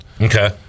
Okay